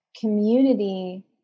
community